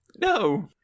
No